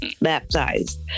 baptized